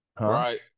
right